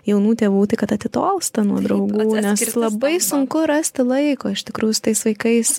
jaunų tėvų tai kad atitolsta nuo draugų nes labai sunku rasti laiko iš tikrųjų su tais vaikais